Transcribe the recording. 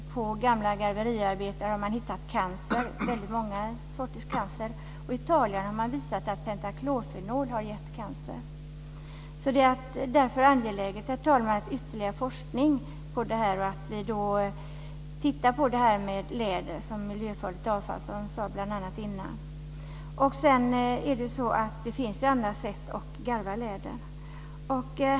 På gamla garveriarbetare har man hittat många sorters cancer. I Italien har man visat att pentaklorfenol har gett cancer. Det är därför angeläget, herr talman, med ytterligare forskning och att man ser på läder som miljöfarligt avfall, som jag sade tidigare. Det finns andra sätt att garva läder.